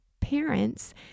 Parents